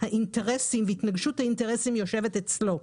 האינטרסים והתנגשות האינטרסים יושבת אצלו.